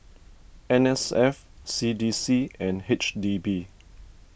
N S F C D C and H D B